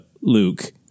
Luke